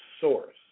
source